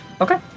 Okay